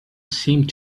seemed